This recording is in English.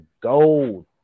gold